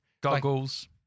Goggles